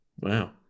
wow